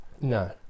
No